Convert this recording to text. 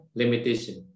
limitation